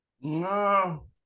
No